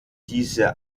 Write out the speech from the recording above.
diese